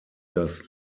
das